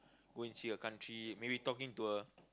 go and see a country maybe talking to a